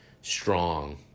strong